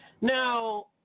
Now